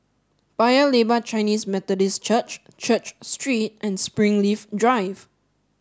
Paya Lebar Chinese Methodist Church Church Street and Springleaf Drive